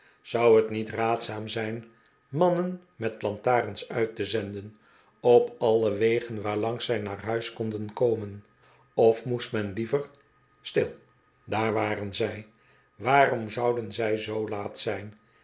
zou het niet raadzaam zijn mannen met iantarens uit te zenden op alle wegen waarlangs zij naar huis konden komen of moest men liever still daar waren zij waarom zouden zij zoo laat zijn